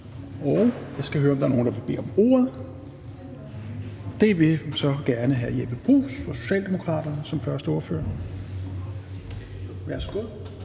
Jeg skal høre, om der er nogen, der vil bede om ordet. Det vil hr. Jeppe Bruus fra Socialdemokratiet gerne som første ordfører. Værsgo.